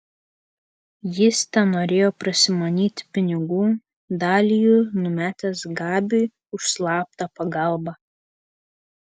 jis tenorėjo prasimanyti pinigų dalį jų numetęs gabiui už slaptą pagalbą